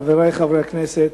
חברי חברי הכנסת,